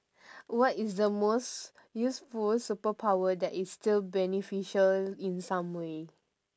what is the most useful superpower that is still beneficial in some way